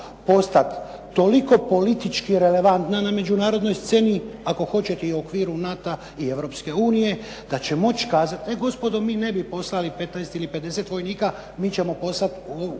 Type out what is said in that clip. postat toliko politički relevantna na međunarodnoj sceni, ako hoćete i u okviru NATO-a i Europske unije da će moći kazat e gospodo, mi ne bi poslali 15 ili 50 vojnika, mi ćemo poslat